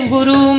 Guru